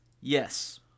Yes